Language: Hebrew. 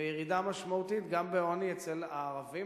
וירידה משמעותית גם בעוני אצל הערבים,